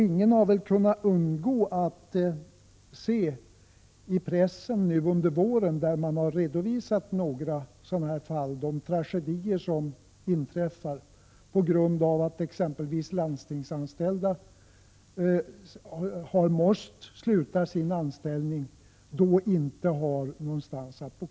Ingen har väl kunnat undgå att se i pressen att man under våren redovisat några fall där det inträffat tragedier på grund av att exempelvis landstingsanställda har måst sluta sin anställning och då inte har någonstans att bo.